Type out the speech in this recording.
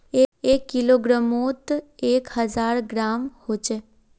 एक किलोग्रमोत एक हजार ग्राम होचे